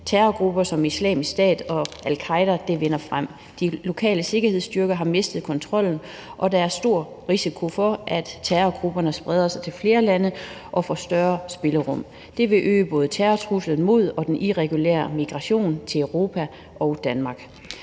terrorgrupper som Islamisk Stat og al-Qaeda vinder frem. De lokale sikkerhedsstyrker har mistet kontrollen, og der er stor risiko for, at terrorgrupperne spreder sig til flere lande og får større spillerum. Det vil øge både terrortruslen mod og den irregulære migration til Europa og Danmark.